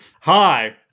Hi